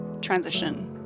transition